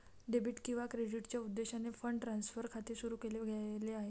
debit किंवा क्रेडिटच्या उद्देशाने फंड ट्रान्सफर खाते सुरू केले गेले आहे